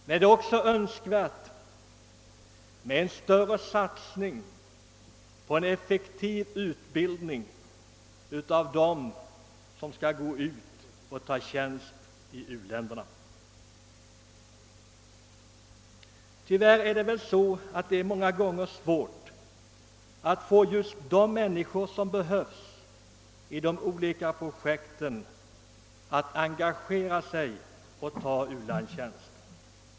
Det är också önskvärt med en större satsning på effektiv utbildning av dem som skall ta tjänst i u-länderna. Tyvärr är det väl ofta svårt att få just de människor som behövs i de olika projekten att engagera sig och ta utlandstjänst.